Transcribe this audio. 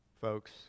Folks